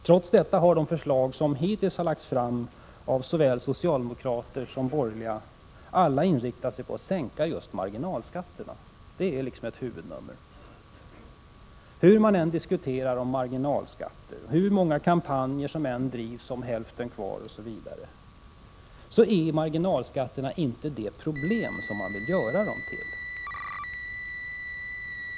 Trots detta har alla förslag som hittills har lagts fram av såväl socialdemokraterna som borgerliga partier inriktat sig på att sänka marginalskatterna — det är liksom ett huvudnummer. Hur mycket man än diskuterar marginalskatterna och hur många kampanjer som än drivs om att medborgarna skall få hälften kvar osv., så är marginalskatterna inte det problem som man vill göra dem till.